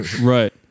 right